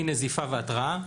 מנזיפה והתראה,